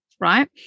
right